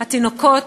התינוקות,